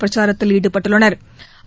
பிரச்சாரத்தில் ஈடுபட்டுள்ளனார்